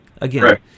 again